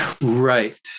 Right